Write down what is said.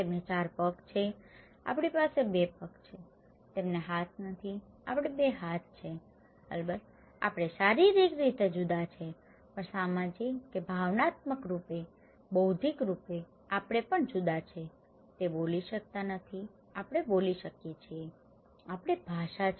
તેમના 4 પગ છે આપણી પાસે 2 પગ છે તેમના હાથ નથીઆપણે 2 હાથ છે અલબત્ત આપણે શારીરિક રીતે જુદા છીએ પણ સામાજિક કે ભાવનાત્મક રૂપે બૌદ્ધિક રૂપે આપણે પણ જુદા છીએ તેઓ બોલી શકતા નથી આપણે બોલી શકીએ છીએ આપણે ભાષા છે